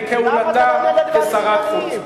לכהונתה כשרת החוץ.